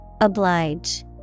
Oblige